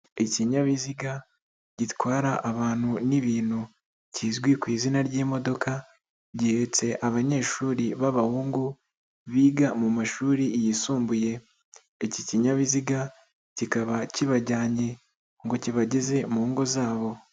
Ikinyabiziga gitwara abantu n'ibintu kizwi ku izina ry'imodoka, gihetse abanyeshuri b'abahungu biga mu mashuri yisumbuye. Iki kinyabiziga kikaba kibajyanye ngo kibageze mu ngo zabo.